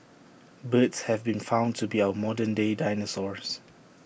birds have been found to be our modern day dinosaurs